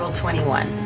um twenty one.